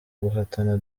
guhatana